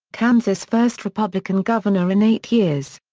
kansas' first republican governor in eight years.